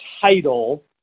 title